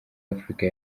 africa